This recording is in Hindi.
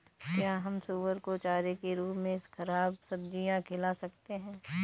क्या हम सुअर को चारे के रूप में ख़राब सब्जियां खिला सकते हैं?